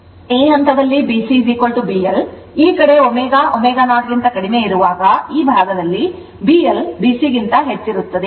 ಈ ಹಂತದಲ್ಲಿ B CB L ಮತ್ತು ಈ ಕಡೆ ω ω0 ಕ್ಕಿಂತ ಕಡಿಮೆ ಇರುವಾಗ ಈ ಭಾಗದಲ್ಲಿ BL BC ಗಿಂತ ಹೆಚ್ಚಿರುತ್ತದೆ